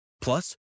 Plus